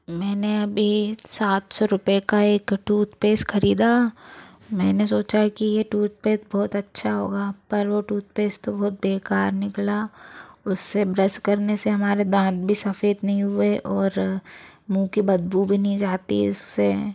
मैंने अभी सात सौ रुपये का एक टूथपेस ख़रीदा मैंने सोचा कि ये टूथपेथ बहुत अच्छा होगा पर वो टूथपेस तो बहुत बेकार निकला उस से ब्रस करने से हमारे दाँत भी सफ़ेद नहीं हुए और मूँह की बदबू भी नहीं जाती इस से